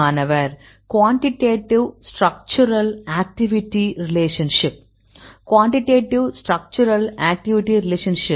மாணவர் quantitative structural activity relationship quantitative structural activity relationship